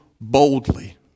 boldly